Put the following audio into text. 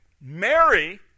Mary